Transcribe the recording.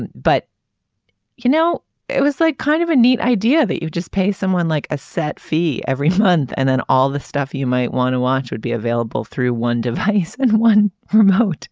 and but you know it was like kind of a neat idea that you just pay someone like a set fee every month and then all the stuff you might want to watch would be available through one device in one remote